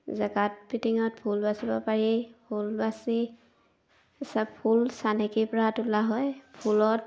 jacquard ফিটিঙত ফুল বাচিব পাৰি ফুল বাচি ফুল চানেকিৰ পৰা তোলা হয় ফুলত